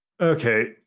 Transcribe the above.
Okay